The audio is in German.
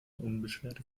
unbeschwerte